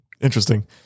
interesting